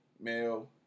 male